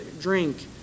drink